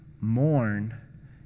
mourn